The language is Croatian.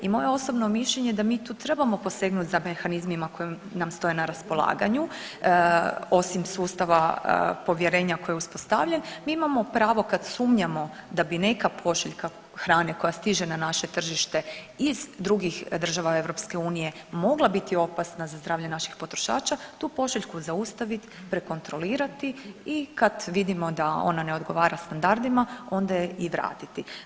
I moje osobno mišljenje da mi tu trebamo posegnuti za mehanizmima koje nam stoje na raspolaganju, osim sustava povjerenja koji je uspostavljen, mi imamo pravo kad sumnjamo da bi neka pošiljka hrane koja stiže na naše tržište iz drugih država EU mogla biti opasna za zdravlje naših potrošača tu pošiljku zaustavit, prekontrolirati i kad vidimo da ona ne odgovara standardima onda je i vratiti.